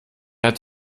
hat